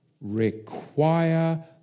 require